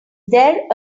there